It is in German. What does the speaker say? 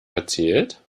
erzählt